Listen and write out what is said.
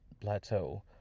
Plateau